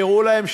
והראו להם,